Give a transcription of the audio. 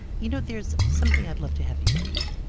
you know there's something i'd love to have you read